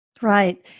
Right